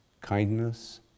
kindness